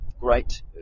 great